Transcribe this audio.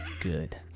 Good